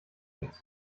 nichts